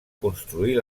construir